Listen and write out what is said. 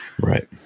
Right